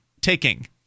taking